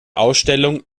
ausstellung